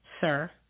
sir